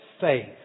faith